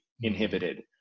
inhibited